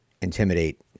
intimidate